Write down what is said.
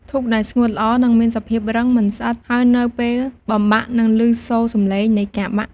ធូបដែលស្ងួតល្អនឹងមានសភាពរឹង មិនស្អិត ហើយនៅពេលបំបាក់នឹងឮសូរសម្លេងនៃការបាក់។